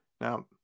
Now